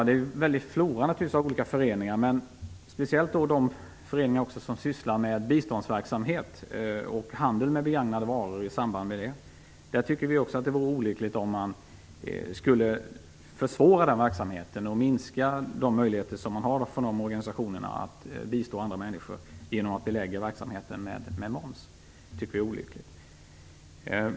Det finns en stor flora av olika föreningar, men det gäller speciellt de föreningar som sysslar med biståndsverksamhet och handel med begagnade varor i samband med det. Vi tycker att det vore olyckligt om man försvårar den verksamheten och minskar den möjlighet som dessa organisationer har att bistå andra människor genom att belägga verksamheten med moms.